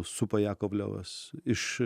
supo jakovlevas iš